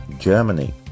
Germany